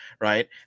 right